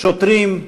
שוטרים,